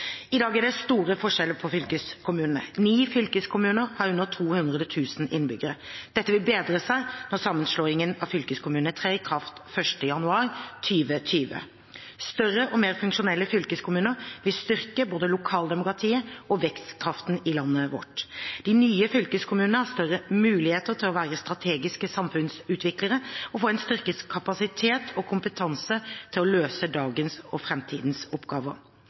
I dag er det store forskjeller på fylkeskommunene. Ni fylkeskommuner har under 200 000 innbyggere. Dette vil bedre seg når sammenslåingen av fylkeskommunene trer i kraft 1. januar 2020. Større og mer funksjonelle fylkeskommuner vil styrke både lokaldemokratiet og vekstkraften i landet vårt. De nye fylkeskommunene har større muligheter til å være strategiske samfunnsutviklere og får en styrket kapasitet og kompetanse til å løse dagens og framtidens oppgaver.